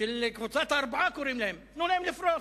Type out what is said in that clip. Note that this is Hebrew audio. שנקרא קבוצת הארבעה, אז תנו להם לפרוש.